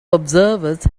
observers